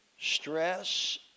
stress